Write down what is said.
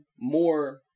more